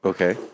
Okay